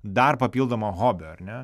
dar papildomo hobio ar ne